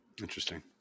Interesting